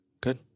Good